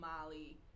Molly